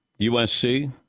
USC